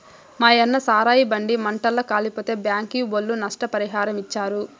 మాయన్న సారాయి బండి మంటల్ల కాలిపోతే బ్యాంకీ ఒళ్ళు నష్టపరిహారమిచ్చారు